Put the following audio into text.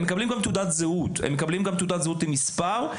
הם מקבלים גם תעודת זהות עם מספר,